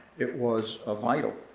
it was ah vital.